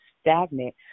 stagnant